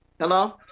hello